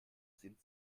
sind